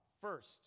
first